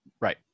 Right